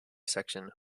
section